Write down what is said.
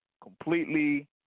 completely